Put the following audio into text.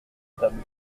table